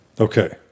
okay